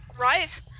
right